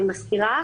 אני מזכירה